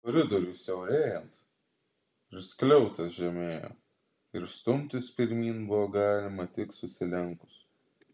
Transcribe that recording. koridoriui siaurėjant ir skliautas žemėjo ir stumtis pirmyn buvo galima tik susilenkus